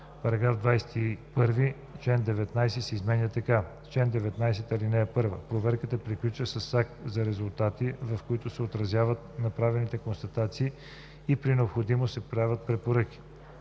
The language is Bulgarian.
§ 21. Член 19 се изменя така: „Чл. 19. (1) Проверката приключва с акт за резултати, в който се отразяват направените констатации и при необходимост се правят препоръки.